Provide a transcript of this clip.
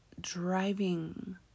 driving